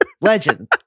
legend